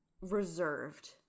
reserved